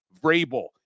Vrabel